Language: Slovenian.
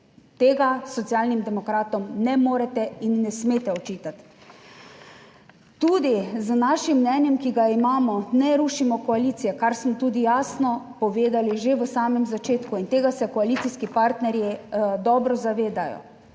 Tega Socialnim demokratom ne morete in ne smete očitati. Tudi z našim mnenjem, ki ga imamo, ne rušimo koalicije, kar smo tudi jasno povedali že v samem začetku in tega se koalicijski partnerji dobro zavedajo.